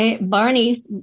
Barney